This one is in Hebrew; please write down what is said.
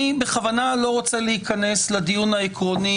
אני בכוונה לא רוצה להיכנס לדיון העקרוני,